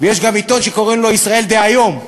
ויש גם עיתון שקוראים לו "ישראל דהיום".